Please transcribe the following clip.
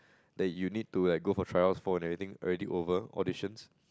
that you need to like go for tryouts for everything already over auditions